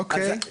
אוקיי,